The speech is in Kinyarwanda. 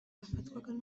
yafatwaga